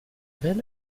bend